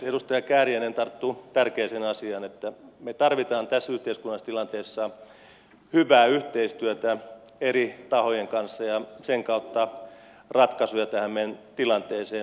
edustaja kääriäinen tarttui tärkeään asiaan että me tarvitsemme tässä yhteiskunnallisessa tilanteessa hyvää yhteistyötä eri tahojen kanssa ja sen kautta ratkaisuja tähän meidän tilanteeseen